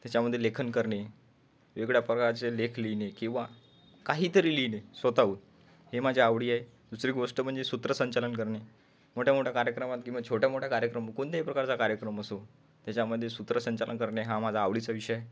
त्याच्यामध्ये लेखन करणे वेगळ्या प्रकारचे लेख लिहिणे किंवा काहीतरी लिहिणे स्वतःहून हे माझ्या आवडी आहे दुसरी गोष्ट म्हणजे सूत्रसंचालन करणे मोठ्यामोठ्या कार्यक्रमात किंवा छोट्यामोठ्या कार्यक्रम कोणत्याही प्रकारचा कार्यक्रम असो त्याच्यामध्ये सूत्रसंचालन करणे हा माझा आवडीचा विषय आहे